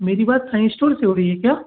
मेरी बात साईं इस्टोर से हो रही है क्या